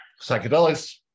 psychedelics